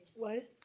what?